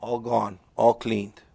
all gone all cleaned